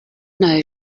know